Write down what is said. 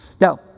Now